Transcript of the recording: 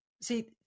See